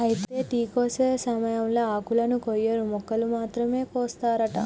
అయితే టీ కోసే సమయంలో ఆకులను కొయ్యరు మొగ్గలు మాత్రమే కోస్తారట